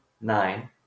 nine